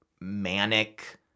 manic